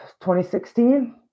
2016